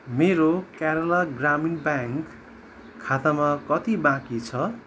मेरो केरला ग्रामीण ब्याङ्क खातामा कति बाँकी छ